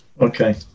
Okay